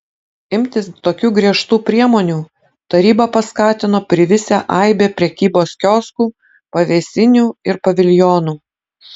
imtis tokių griežtų priemonių tarybą paskatino privisę aibė prekybos kioskų pavėsinių ir paviljonų